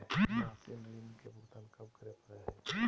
मासिक ऋण के भुगतान कब करै परही हे?